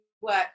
work